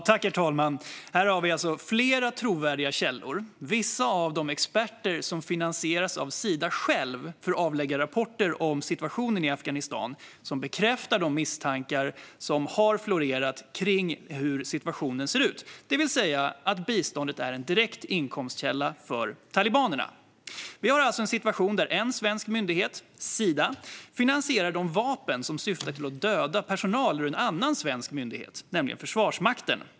Herr talman! Här har vi alltså flera trovärdiga källor - vissa av dem experter som finansieras av Sida självt för att avlägga rapporter om situationen i Afghanistan - som bekräftar de misstankar som har florerat, det vill säga att biståndet är en direkt inkomstkälla för talibanerna. Vi har alltså en situation där en svensk myndighet, Sida, finansierar vapen som syftar till att döda personal från en annan svensk myndighet, nämligen Försvarsmakten.